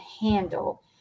handle